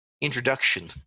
introduction